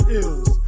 ills